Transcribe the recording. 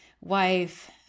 wife